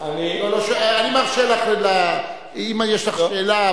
אני מאפשר לךְ אם יש לך שאלה,